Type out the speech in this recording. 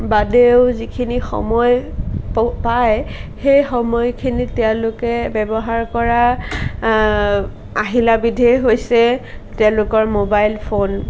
বাদেও যিখিনি সময় পায় সেই সময়খিনিতে তেওঁলোকে ব্যৱহাৰ কৰা আহিলাবিধেই হৈছে তেওঁলোকৰ মোবাইল ফোন